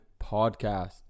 Podcast